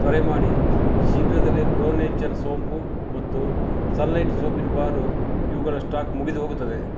ತ್ವರೆ ಮಾಡಿ ಶೀಘ್ರದಲ್ಲೆ ಪ್ರೋ ನೇಚರ್ ಸೋಂಪು ಮತ್ತು ಸನ್ ಲೈಟ್ ಸೋಪಿನ ಬಾರು ಇವುಗಳ ಸ್ಟಾಕ್ ಮುಗಿದುಹೋಗುತ್ತದೆ